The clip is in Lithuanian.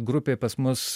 grupė pas mus